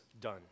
done